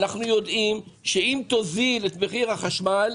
אנחנו יודעים שאם תוזיל את מחיר החשמל,